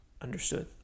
understood